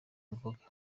mvuge